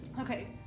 Okay